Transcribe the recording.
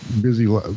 Busy